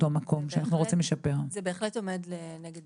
אני תכף אדבר עם משרד הבריאות לגבי